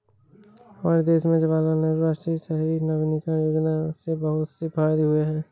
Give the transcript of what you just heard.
हमारे देश में जवाहरलाल नेहरू राष्ट्रीय शहरी नवीकरण योजना से बहुत से फायदे हुए हैं